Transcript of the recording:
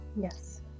Yes